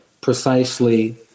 precisely